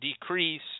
decrease